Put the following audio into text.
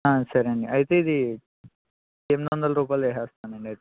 సరే అండి అయితే ఇది ఎనిమిది వందల రూపాయలు వేస్తాను అండి